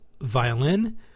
violin